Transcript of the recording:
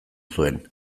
zuen